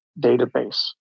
database